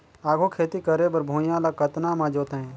आघु खेती करे बर भुइयां ल कतना म जोतेयं?